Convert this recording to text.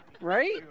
Right